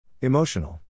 emotional